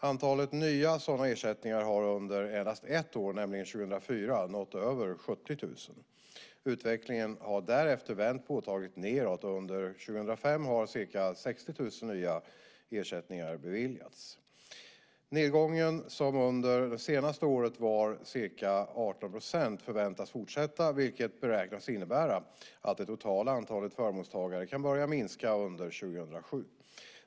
Antalet nya sådana ersättningar har under endast ett år, nämligen 2004, nått över 70 000. Utvecklingen har därefter vänt påtagligt nedåt, och under 2005 har ca 60 000 nya ersättningar beviljats. Nedgången, som under det senaste året var ca 18 %, förväntas fortsätta, vilket beräknas innebära att det totala antalet förmånstagare kan börja minska under 2007.